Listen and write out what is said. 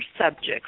subjects